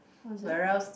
what is it